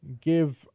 give